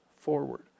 forward